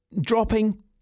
dropping